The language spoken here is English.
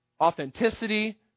authenticity